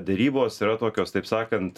derybos yra tokios taip sakant